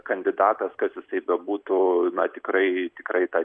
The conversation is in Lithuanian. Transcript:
kandidatas kas jisai bebūtų na tikrai tikrai tą